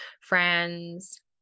friends